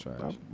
trash